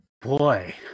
Boy